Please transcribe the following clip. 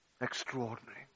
extraordinary